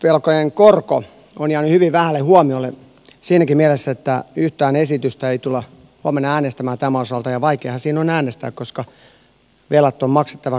valtionvelkojen korko on jäänyt hyvin vähälle huomiolle siinäkin mielessä että yhtään esitystä ei tulla huomenna äänestämään tämän osalta ja vaikeaahan siinä on äänestää koska velat on maksettava korot on maksettava